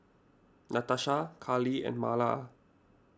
Natasha Carli and Marla